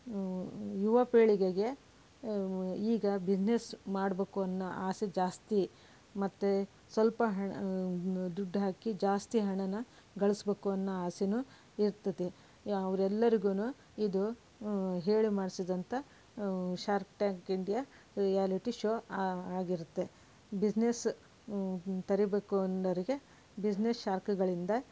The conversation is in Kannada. ಯುವಪೀಳಿಗೆಗೆ ಈಗ ಬಿಸ್ನೆಸ್ ಮಾಡ್ಬೇಕು ಅನ್ನೋ ಆಸೆ ಜಾಸ್ತಿ ಮತ್ತೆ ಸ್ವಲ್ಪ ಹಣ ದುಡ್ಡು ಹಾಕಿ ಜಾಸ್ತಿ ಹಣನ ಗಳಿಸ್ಬೇಕು ಅನ್ನೋ ಆಸೆನೂ ಇರ್ತದೆ ಅವರೆಲ್ಲರಿಗೂನು ಇದು ಹೇಳಿ ಮಾಡ್ಸಿದಂಥ shark tank India reality show ಆಗಿರುತ್ತೆ ಬಿಸ್ನೆಸ್ ತೆರಿಬೇಕು ಅಂದೋರಿಗೆ ಬಿಸ್ನೆಸ್ ಶಾರ್ಕ್ಗಳಿಂದ